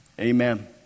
Amen